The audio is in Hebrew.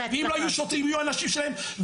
ואם לא יהיו שוטרים יהיו הנשים שלהם.